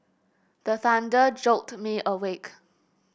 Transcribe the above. the thunder jolt me awake